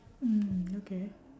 mm okay